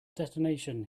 detonation